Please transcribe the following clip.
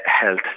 health